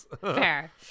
fair